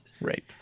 Right